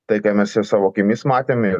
tai ką mes ir savo akimis matėme ir